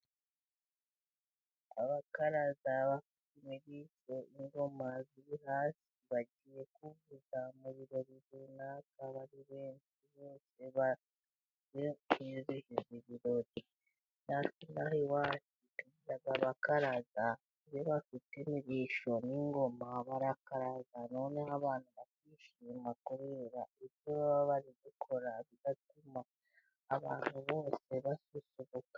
Abakaraza bafite imirishyo n'ingoma ziri hasi, bagiye kuvuza mu birori runaka, akaba ari benshi bose bagiye mu birori, natwe ino hari abakaraza bari bafite imirishyo n'ingoma, barakaraza noneho noneho abantu bakishima kubera ibyo baba bari gukora bigatuma abantu bose basusuruka.